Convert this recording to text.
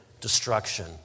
destruction